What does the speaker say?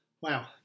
Wow